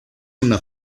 una